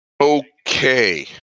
okay